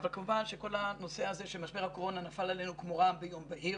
אבל כמובן שכל הנושא הזה של משבר הקורונה נפל עלינו כמו רעם ביום בהיר.